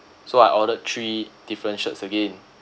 so I ordered three different shirts again